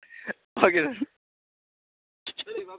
okay sir